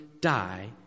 die